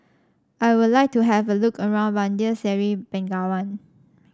I would like to have a look around Bandar Seri Begawan